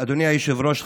אדוני היושב-ראש,